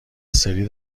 سری